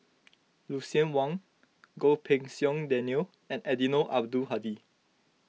Lucien Wang Goh Pei Siong Daniel and Eddino Abdul Hadi